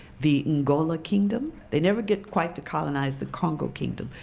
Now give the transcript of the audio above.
the angola kingdom. they never get quite to colonize the congo kingdom,